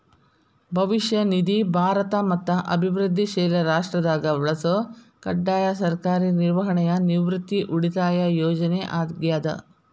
ಭವಿಷ್ಯ ನಿಧಿ ಭಾರತ ಮತ್ತ ಅಭಿವೃದ್ಧಿಶೇಲ ರಾಷ್ಟ್ರದಾಗ ಬಳಸೊ ಕಡ್ಡಾಯ ಸರ್ಕಾರಿ ನಿರ್ವಹಣೆಯ ನಿವೃತ್ತಿ ಉಳಿತಾಯ ಯೋಜನೆ ಆಗ್ಯಾದ